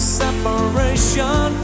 separation